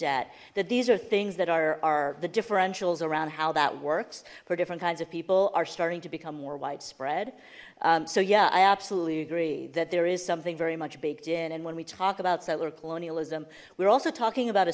debt that these are things that are the differentials around how that works for different kinds of people are starting to become more widespread so yeah i absolutely agree that there is something very much baked in and when we talk about settler colonialism we're also talking about a